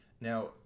Now